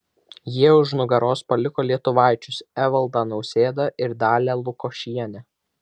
jie už nugaros paliko lietuvaičius evaldą nausėdą ir dalią lukošienę